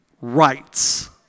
rights